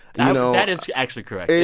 you know. that is actually correct. yeah